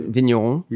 vignerons